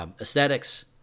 aesthetics